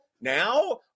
now